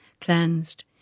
Cleansed